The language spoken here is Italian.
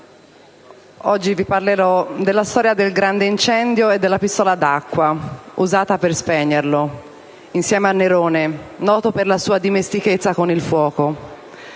oggi vi parlerò della storia del Grande incendio e della pistola ad acqua usata per spegnerlo, insieme a Nerone, noto per la sua dimestichezza con il fuoco.